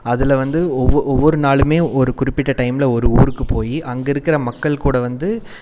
அதில் வந்து ஒவ்வொரு ஒவ்வொரு நாளுமே ஒரு குறிப்பிட்ட டைம்ல ஒரு ஊருக்கு போய் அங்கே இருக்கிற மக்கள் கூட வந்து